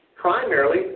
primarily